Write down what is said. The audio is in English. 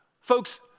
Folks